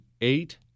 eight